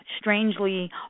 strangely